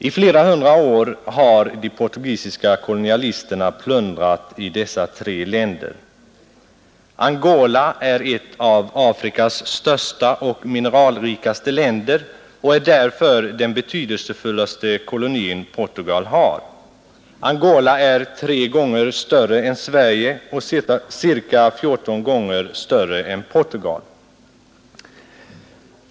I flera hundra år har de portugisiska kolonialisterna plundrat i dessa tre länder. Angola är ett av Afrikas största och mineralrikaste länder och är därför den betydelsefullaste koloni som Portugal har. Angola är tre gånger större än Sverige och ca 14 gånger större än Portugal.